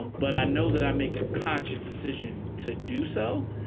but i know that i make a conscious decision to do so.